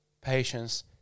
patience